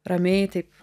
ramiai taip